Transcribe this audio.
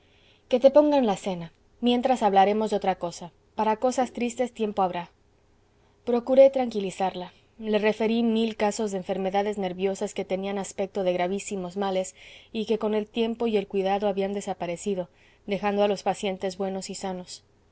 que te pongan la cena mientras hablaremos de otra cosa para cosas tristes tiempo habrá procuré tranquilizarla le referí mil casos de enfermedades nerviosas que tenían aspecto de gravísimos males y que con el tiempo y el cuidado habían desaparecido dejando a los pacientes buenos y sanos